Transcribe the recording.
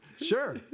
Sure